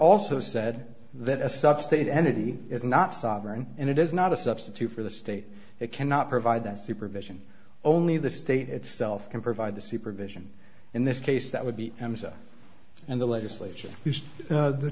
also said that a substate entity is not sovereign and it is not a substitute for the state it cannot provide that supervision only the state itself can provide the supervision in this case that would be in the legislature